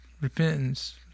repentance